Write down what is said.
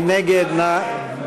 מי